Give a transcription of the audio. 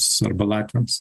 svarba latviams